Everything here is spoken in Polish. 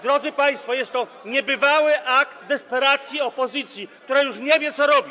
Drodzy państwo, jest to niebywały akt desperacji opozycji, która już nie wie, co robić.